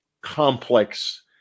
complex